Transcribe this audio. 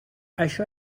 això